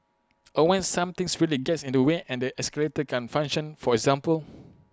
or when something really gets in the way and the escalator can't function for example